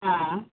हां